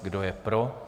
Kdo je pro?